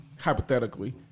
hypothetically